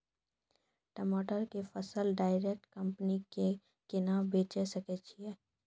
टमाटर के फसल डायरेक्ट कंपनी के केना बेचे सकय छियै?